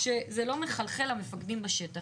כשזה לא מחלחל למפקדים בשטח,